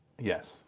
Yes